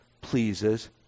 pleases